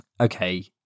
okay